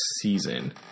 season